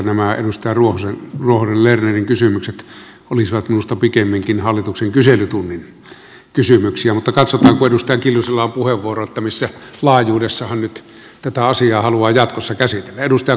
nämä edustaja ruohonen lernerin kysymykset olisivat minusta pikemminkin hallituksen kyselytunnin kysymyksiä mutta katsotaan kun edustaja kiljusella on puheenvuoro missä laajuudessa hän tätä asiaa haluaa jatkossa käsitellä